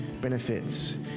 benefits